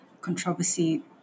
controversy